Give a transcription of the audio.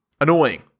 annoying